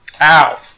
Ow